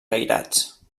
cairats